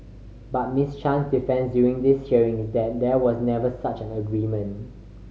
but Miss Chan's defence during this hearing is that there was never such an agreement